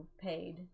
paid